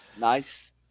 Nice